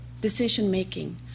decision-making